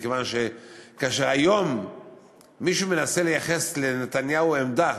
מכיוון שכאשר היום מישהו מנסה לייחס לנתניהו עמדה,